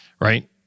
right